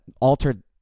altered